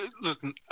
listen